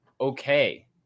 okay